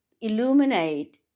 Illuminate